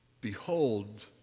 Behold